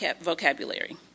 vocabulary